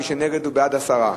מי שנגד הוא בעד הסרה.